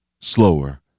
slower